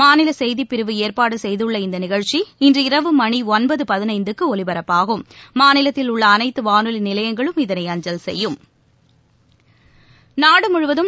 மாநிலசெய்திபிரிவு ஏற்பாடுசெய்துள்ள இந்தநிகழ்ச்சி இன்று இரவு மணிஒன்பதுபதினைந்துக்குஒலிபரப்பாகும் மாநிலத்தில் உள்ளஅனைத்துவானொலிநிலையங்களும் இதனை அஞ்சல் செய்யும்